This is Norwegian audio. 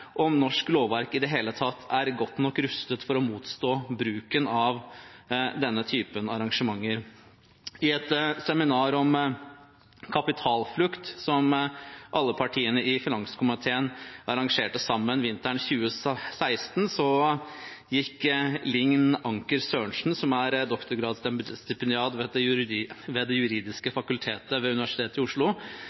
om norsk lovverk i det hele tatt er godt nok rustet for å motstå bruken av denne typen arrangementer. På et seminar om kapitalflukt, som alle partiene i finanskomiteen arrangerte vinteren 2016, gikk Linn Cecilie Anker-Sørensen, som er doktorgradsstipendiat ved Det juridiske fakultet ved Universitetet i Oslo,